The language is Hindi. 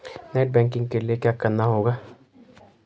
नेट बैंकिंग के लिए क्या करना होगा?